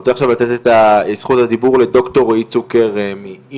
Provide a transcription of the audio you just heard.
אני רוצה עכשיו לתת את זכות הדיבור לדוקטור רועי צוקר מ"איכילוב",